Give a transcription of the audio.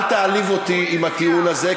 אל תעליב אותי עם הטיעון הזה,